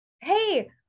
hey